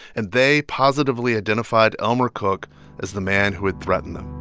and they positively identified elmer cook as the man who had threatened them